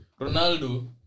Ronaldo